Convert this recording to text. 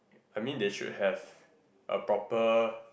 I mean they should have a proper